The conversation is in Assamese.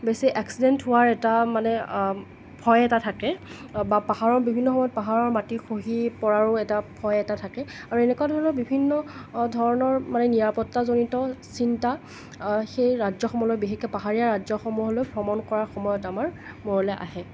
বেছি এক্সিডেণ্ট হোৱাৰ এটা মানে ভয় এটা থাকে বা পাহাৰৰ বিভিন্ন সময়ত পাহাৰৰ মাটি খহি পৰাৰো এটা ভয় এটা থাকে আৰু এনেকুৱা ধৰণৰ বিভিন্ন ধৰণৰ মানে নিৰাপত্তাজনিত চিন্তা সেই ৰাজ্যসমূহলৈ বিশেষকৈ পাহৰীয়া ৰাজ্যসমূহলৈ ভ্ৰমণ কৰাৰ সময়ত আমাৰ মূৰলৈ আহে